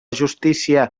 justícia